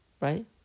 right